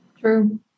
True